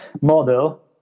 Model